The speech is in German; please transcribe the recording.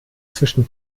zwischen